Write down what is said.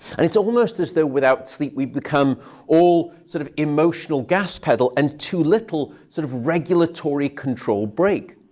and it's almost as though, without sleep, we become all sort of emotional gas pedal and too little sort of regulatory-control brake.